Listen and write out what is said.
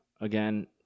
again